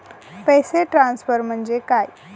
पैसे ट्रान्सफर म्हणजे काय?